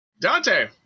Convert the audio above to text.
Dante